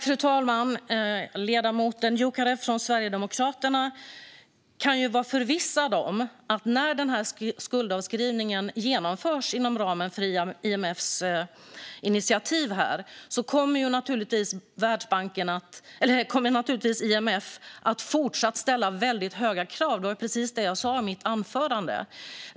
Fru talman! Ledamoten Dioukarev från Sverigedemokraterna kan vara förvissad om att när denna skuldavskrivning genomförs inom ramen för IMF:s initiativ kommer naturligtvis IMF att fortsätta att ställa mycket höga krav. Det var precis det som jag sa i mitt anförande.